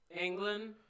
England